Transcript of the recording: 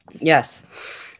yes